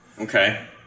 Okay